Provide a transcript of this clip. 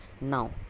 Now